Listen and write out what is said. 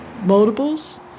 Multiples